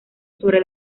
sobre